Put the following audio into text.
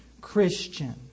Christian